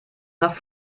nach